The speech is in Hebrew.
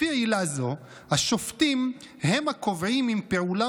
לפי עילה זו השופטים הם הקובעים אם פעולה